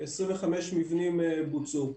ו-25 מבנים בוצעו.